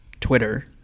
twitter